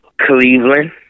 Cleveland